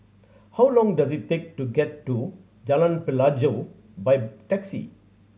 how long does it take to get to Jalan Pelajau by taxi